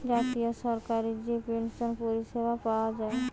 জাতীয় সরকারি যে পেনসন পরিষেবা পায়া যায়